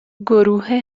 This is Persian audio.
گروه